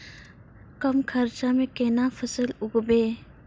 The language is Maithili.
कम खर्चा म केना फसल उगैबै?